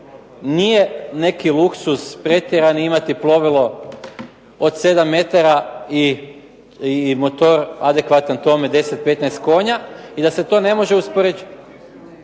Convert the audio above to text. nije neki luksuz pretjerani imati plovilo od sedam metara i motor adekvatan tome 10, 15 konja i da se to ne može uspoređivati